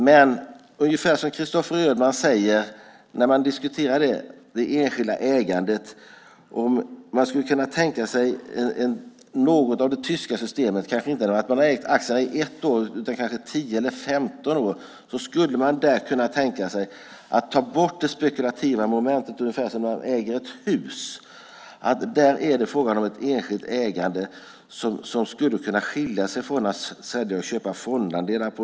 Men som Christopher Ödmann säger skulle man när man diskuterar det enskilda ägandet kunna tänka sig något av det tyska systemet, kanske inte när man har ägt aktierna i 1 år utan kanske 10 eller 15 år. Man skulle kunna tänka sig att ta bort det spekulativa momentet ungefär som när man äger ett hus. Där är det fråga om ett enskilt ägande som skulle kunna skilja sig från att sälja och köpa fondandelar.